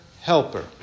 Helper